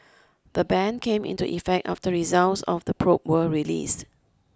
the ban came into effect after results of the probe were released